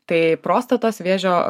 tai prostatos vėžio